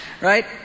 Right